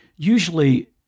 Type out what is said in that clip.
Usually